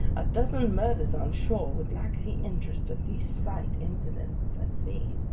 a dozen murders on shore would lack the interest of these slight incidents at sea.